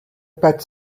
pet